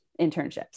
internships